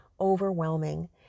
overwhelming